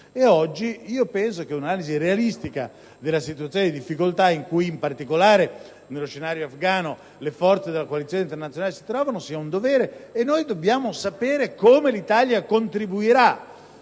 Oggi un'analisi realistica della situazione di difficoltà, in cui in particolare nello scenario afgano le forze della coalizione internazionale si trovano, è un dovere: dobbiamo sapere come l'Italia anche